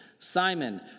Simon